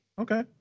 Okay